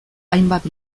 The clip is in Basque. hainbat